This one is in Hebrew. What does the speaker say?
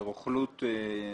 נכון.